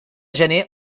gener